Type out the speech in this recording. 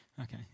okay